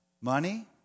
Money